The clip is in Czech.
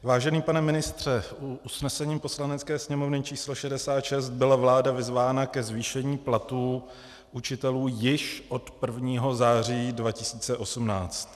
Vážený pane ministře, usnesením Poslanecké sněmovny č. 66 byla vláda vyzvána ke zvýšení platů učitelů již od 1. září 2018.